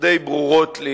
די ברורות לי.